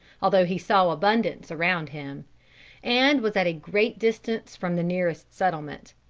although he saw abundance around him and was at a great distance from the nearest settlement.